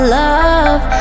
love